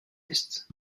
est